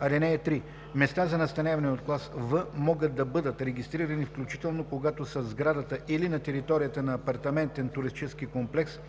(3) Места за настаняване от клас „В“ могат да бъдат регистрирани включително когато са в сградата или на територията на апартаментен туристически комплекс